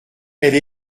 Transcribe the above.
elle